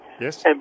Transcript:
Yes